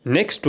Next